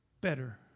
better